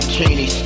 Cheney